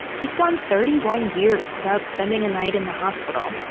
he'd gone thirty one years without spending a night in the hospital.